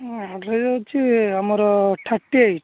ହୁଁ ଆଡ୍ରେସ୍ ହେଉଛି ଆମର ଥାର୍ଟି ଏଇଟ୍